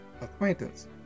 acquaintance